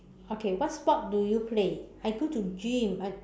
okay what sports do you play I go to gym I